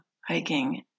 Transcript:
hiking